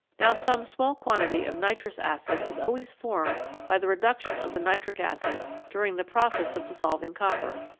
now some small quantity of nitrous acid is always formed by the reduction of the nitric acid during the process of dissolving copper.